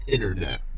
Internet